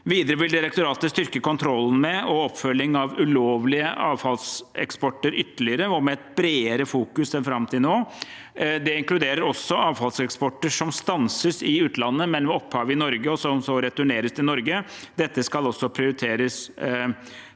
Videre vil direktoratet styrke kontrollen med og oppfølgingen av ulovlige avfallseksporter ytterligere, og med et bredere fokus enn fram til nå. Det inkluderer også avfallseksporter som stanses i utlandet, men har opphav i Norge og returneres til Norge. Det skal også prioriteres